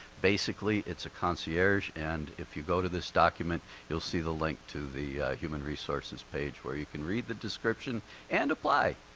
basically it's a concierge, and if you go to this document you'll see the link to the human resources page where you can read the description and apply.